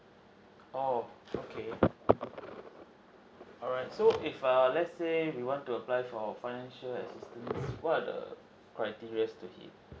oh okay alright so if err let's say we want to apply for financial assistance what are the criteria to him